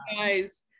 guys